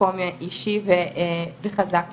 ממקום אישי וחזק מאוד.